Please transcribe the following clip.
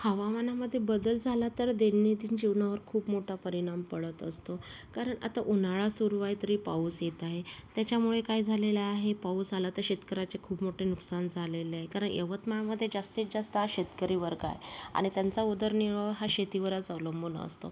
हवामानामध्ये बदल झाला तर दैनंदिन जीवनावर खूप मोठा परिणाम पडत असतो कारण आता उन्हाळा सुरू आहे तरी पाऊस येत आहे त्याच्यामुळे काय झालेलं आहे पाऊस आला तर शेतकऱ्याचे खूप मोठे नुकसान झालेलं आहे कारण यवतमाळमध्ये जास्तीत जास्त हा शेतकरी वर्ग आहे आणि त्यांचा उदरनिर्वाह हा शेतीवरच अवलंबून असतो